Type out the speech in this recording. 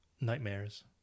Nightmares